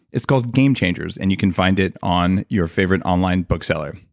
it's called game changers and you can find it on your favorite on-line book seller.